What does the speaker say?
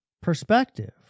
perspective